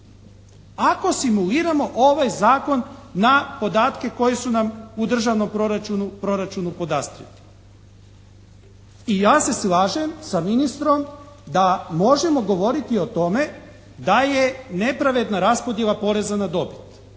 Ako simuliramo ovaj zakon na podatke koji su nam u državnom proračunu podastrijeti i ja se slažem sa ministrom da možemo govoriti o tome da je nepravedna raspodjela poreza na dobit